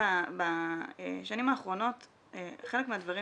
בשנים האחרונות חלק מהדברים